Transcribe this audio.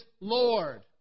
Lord